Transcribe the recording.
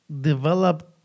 developed